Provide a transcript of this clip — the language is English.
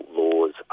laws